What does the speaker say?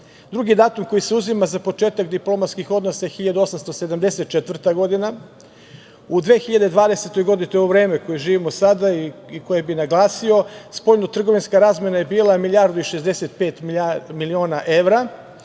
datum koji se uzima za početak diplomatskih odnosa je 1874. godina. U 2020. godini, to je ovo vreme u kojem živimo sada i koje bi naglasio, spoljno-trgovinska razmena je bila milijardu